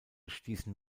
stießen